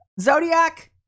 Zodiac